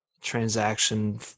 transaction